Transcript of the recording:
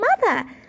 mother